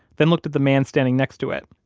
then looked at the man standing next to it.